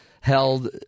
held